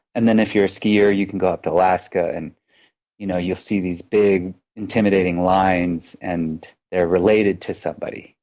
and then if you're a skier, you can go up to alaska and you know you'll see this big, intimidating lines and they're related to somebody.